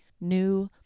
new